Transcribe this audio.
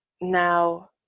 now